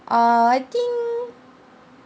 err I think